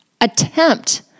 attempt